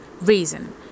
reason